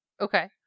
Okay